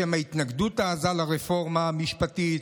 בשם ההתנגדות העזה לרפורמה המשפטית,